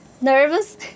nervous